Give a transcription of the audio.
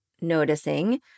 noticing